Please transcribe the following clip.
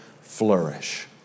flourish